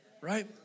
right